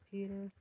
Peter